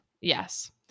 Yes